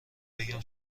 بگم